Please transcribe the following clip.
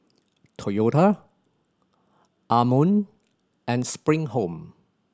Toyota Anmum and Spring Home